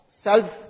self